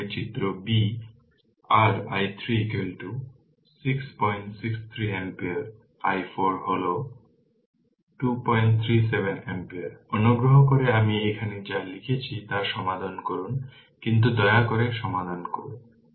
একইভাবে চিত্র b r i3 663 ampere i4 হল 237 ampere অনুগ্রহ করে আমি এখানে যা লিখেছি তা সমাধান করুন কিন্তু দয়া করে সমাধান করুন